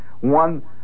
One